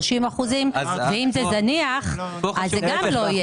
30% ואם זה זניח אז זה גם לא יהיה.